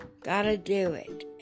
gotta-do-it